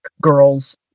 girls